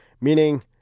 Meaning